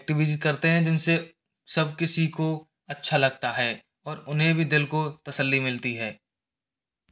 एक्टिविज करते हैं जिनसे सब किसी को अच्छा लगता है और उन्हें भी दिल को तसल्ली मिलती है